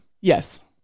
yes